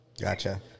Gotcha